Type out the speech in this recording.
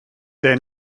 their